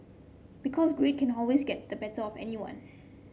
because greed can always get the better of anyone